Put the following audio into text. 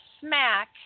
smack